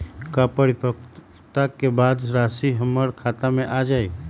का परिपक्वता के बाद राशि हमर खाता में आ जतई?